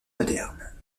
moderne